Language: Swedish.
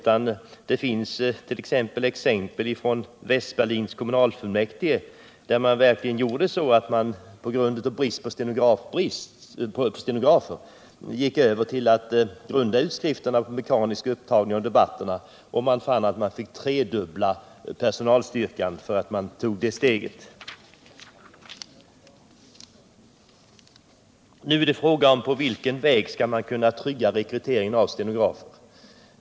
Det finns exempel från t.ex. Västberlins kommunfullmäktige, där man på grund av brist på stenografer gick över till utskrifter efter mekanisk upptagning av debatterna, vilket innebar att man fick tredubbla personalstyrkan. Nu är det fråga om på vilken väg man skall kunna trygga rekryteringen av stenografer.